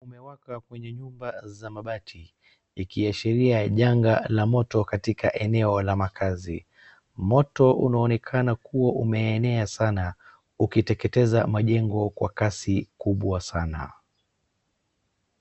Moto umewaka kwenye nyumba za mabati, ikiashiria janga la moto katika eneo la makazi. Moto unaonekana kuwa umeenea sana ukiteketeza majengo kwa kasi kubwa sana.